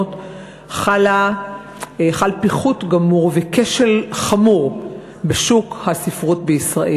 האחרונות חל פיחות גמור וכשל חמור בשוק הספרות בישראל.